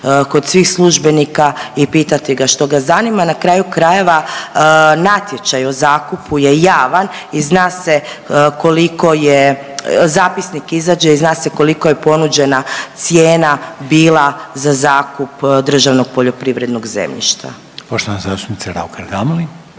kod svih službenika i pitati ga što ga zanima. Na kraju krajeva natječaj o zakupu je javan i zna se koliko je, zapisnik izađe i zna se koliko je ponuđena cijena bila za zakup državnog poljoprivrednog zemljišta. **Reiner, Željko